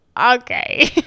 Okay